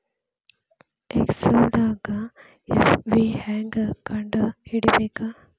ಎಕ್ಸೆಲ್ದಾಗ್ ಎಫ್.ವಿ ಹೆಂಗ್ ಕಂಡ ಹಿಡಿಬೇಕ್